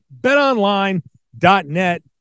betonline.net